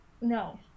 No